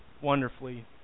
Wonderfully